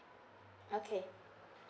okay